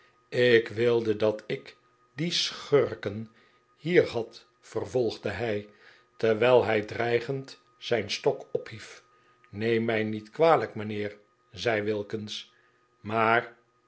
ik wilde dat ik die schurken hier had vervolgde hij terwijl hij dreigend zijn stok ophief neem mij niet kwalijk mijnheer zei wilkins maar